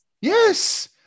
Yes